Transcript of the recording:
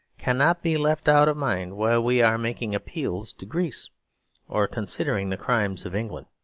cannot be left out of mind while we are making appeals to greece or considering the crimes of england.